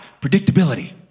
predictability